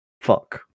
fuck